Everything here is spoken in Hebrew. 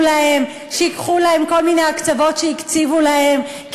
להם שייקחו להם כל מיני הקצבות שהקציבו להם,